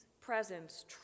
presence